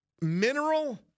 mineral